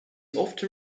often